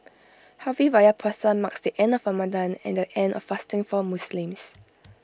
Hari Raya Puasa marks the end of Ramadan and the end of fasting for Muslims